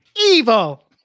Evil